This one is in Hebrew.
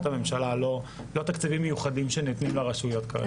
הממשלה ולא תקציבים מיוחדים שניתנים לרשויות כרגע.